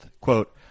Quote